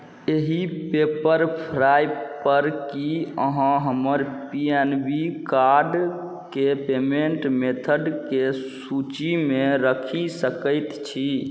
एहि Pepperfry की अहाँ हमर पी एन बी कार्डके पेमेण्ट मेथडके सूचीमे राखि सकैत छी